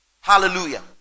Hallelujah